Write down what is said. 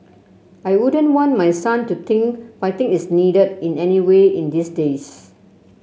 I wouldn't want my son to think fighting is needed in any way in these days